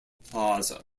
plaza